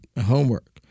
homework